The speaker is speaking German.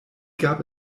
gab